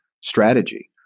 strategy